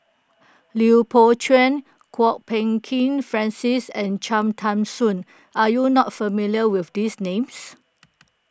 Lui Pao Chuen Kwok Peng Kin Francis and Cham Tao Soon are you not familiar with these names